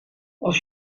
als